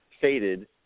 faded